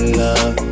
love